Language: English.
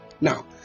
Now